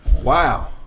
Wow